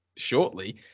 shortly